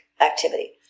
activity